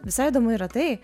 visai įdomu yra tai